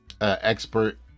expert